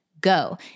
Go